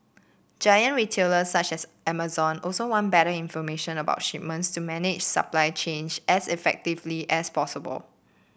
giant retailers such as Amazon also want better information about shipments to manage supply chains as effectively as possible